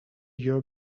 year